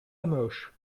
hamoche